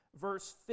verse